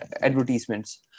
advertisements